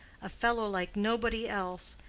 a fellow like nobody else,